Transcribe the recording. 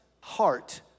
heart